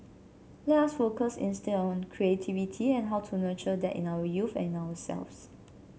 let us focus instead on creativity and how to nurture that in our youth and in ourselves